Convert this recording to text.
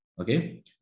okay